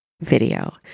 video